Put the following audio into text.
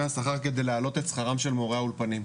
השכר כדי להעלות את שכרם של מורי האולפנים.